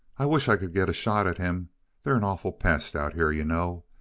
i wish i could get a shot at him they're an awful pest, out here, you know.